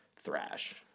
thrash